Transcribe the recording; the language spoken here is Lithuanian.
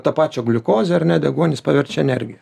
tą pačią gliukozę ar ne deguonis paverčia energija